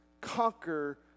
conquer